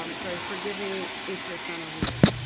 um sorry, forgiving interest on arrears,